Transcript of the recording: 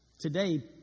today